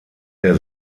der